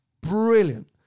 Brilliant